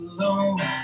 Alone